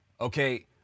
Okay